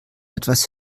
etwas